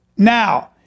Now